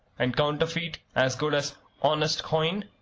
and counterfeit as good as honest coin?